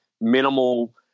minimal